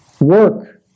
work